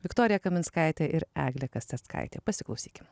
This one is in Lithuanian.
viktorija kaminskaitė ir eglė kasteckaitė pasiklausykim